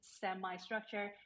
semi-structure